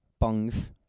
bongs